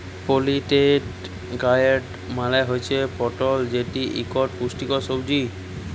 পলিটেড গয়ার্ড মালে হুচ্যে পটল যেটি ইকটি পুষ্টিকর সবজি